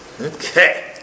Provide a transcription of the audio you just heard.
Okay